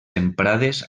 emprades